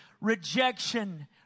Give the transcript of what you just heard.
rejection